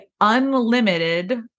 unlimited